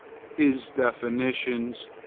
his definitions,